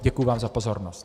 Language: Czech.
Děkuji vám za pozornost.